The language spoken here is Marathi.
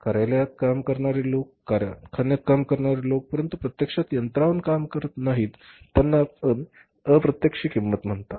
कार्यालयात काम करणारे लोक कारखान्यात काम करणारे लोक परंतु प्रत्यक्षात यंत्रावर काम करत नाहीत त्यांना अप्रत्यक्ष किंमत म्हणतात